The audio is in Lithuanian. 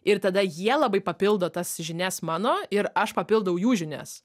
ir tada jie labai papildo tas žinias mano ir aš papildau jų žinias